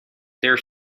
there